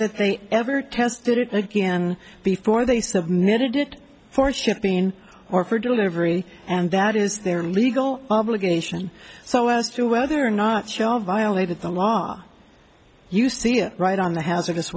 that they ever tested it again before they submitted it for shipping or for delivery and that is their legal obligation so as to whether or not show violated the law you see it right on the hazardous